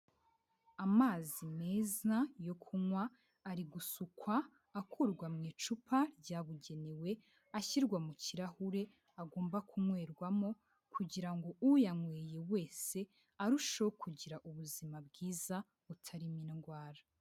Amazi meza yo kunywa, ari gusukwa akurwa mu icupa ryabugenewe ashyirwa mu kirahure agomba kunywerwamo kugira ngo uyanyweye wese arusheho kugira ubuzima bwiza butarimo indwara.